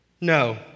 No